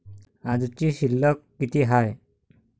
आजची शिल्लक किती हाय?